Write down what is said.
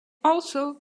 also